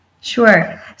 Sure